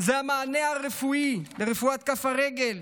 זה המענה הרפואי לרפואת כף הרגל,